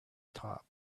top